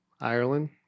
Ireland